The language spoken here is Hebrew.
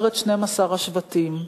ארץ שנים-עשר השבטים.